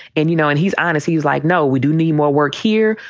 and, you know, and he's honest. he's like, no, we do need more work here.